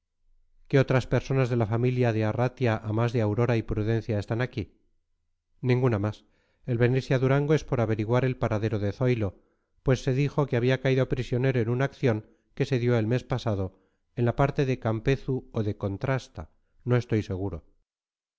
qué otras personas de la familia de arratia a más de aura y prudencia están aquí ninguna más el venirse a durango es por averiguar el paradero de zoilo pues se dijo que había caído prisionero en una acción que se dio el mes pasado en la parte de campezu o de contrasta no estoy seguro